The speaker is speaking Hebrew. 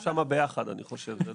אנחנו ביחד בזה.